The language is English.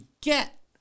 get